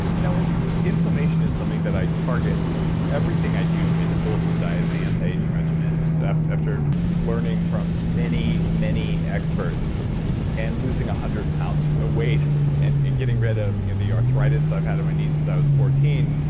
and inflammation is something that i target. and everything i do in the bulletproof diet my anti-aging regimen, just after after learning from many, many experts and losing a hundred pounds of weight and getting rid of the arthritis i've had on my knees since i was fourteen.